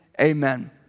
Amen